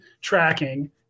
tracking